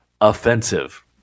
offensive